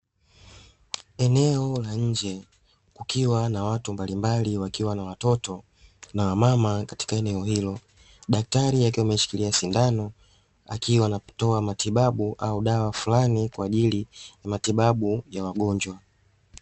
Eneo la nje kukiwa na watu mbalimbali wakiwa na watoto na wamama katika eneo hilo. Daktari akiwa ameshikilia sindano akiwa anatoa matibabu au dawa fulani kwa ajili ya matibabu ya wagonjwa.